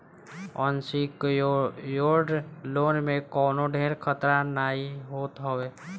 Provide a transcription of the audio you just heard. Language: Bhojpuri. अनसिक्योर्ड लोन में कवनो ढेर खतरा नाइ होत हवे